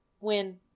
Win